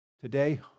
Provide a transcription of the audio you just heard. today